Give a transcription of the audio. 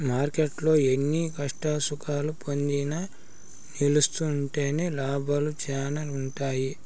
మార్కెట్టులో ఎన్ని కష్టసుఖాలు పొందినా నిల్సుంటేనే లాభాలు శానా ఉంటాయి